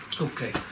Okay